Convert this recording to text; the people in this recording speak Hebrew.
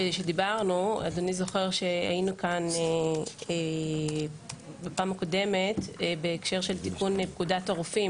אדוני זוכר שהיינו כאן בפעם הקודמת בהקשר של תיקון פקודת הרופאים